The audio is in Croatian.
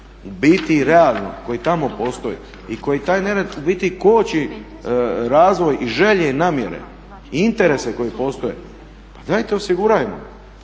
u biti realno koji tamo postoji i koji taj nered u biti koči razvoj i želje i namjere i interese koje postoje, pa dajte osigurajmo.